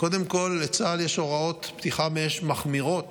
קודם כול, לצה"ל יש הוראות פתיחה באש מחמירות